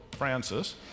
Francis